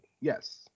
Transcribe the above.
yes